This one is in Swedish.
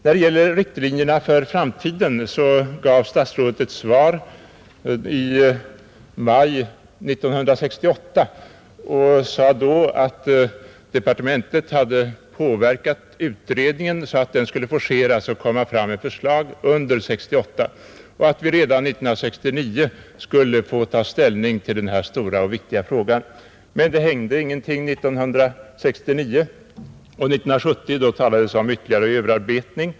Beträffande riktlinjerna för framtiden sade statsrådet i ett svar i maj 1968 att departementet hade påverkat utredningen så att den skulle forceras och framlägga förslag under 1968 och att vi redan 1969 skulle få ta ställning till denna stora och viktiga fråga. Men det hände ingenting 1969, och 1970 talades om ytterligare överarbetning.